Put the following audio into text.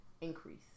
increase